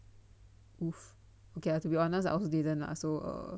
!oof! ok to be honest ah I also didn't lah so err